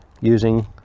using